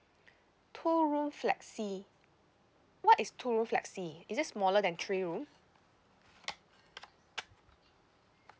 two room flexi what is two room flexi is it smaller than three room